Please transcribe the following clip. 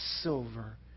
silver